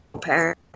parent